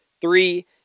Three